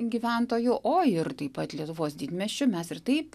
gyventojų o ir taip pat lietuvos didmiesčių mes ir taip